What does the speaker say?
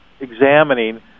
examining